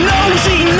Nosy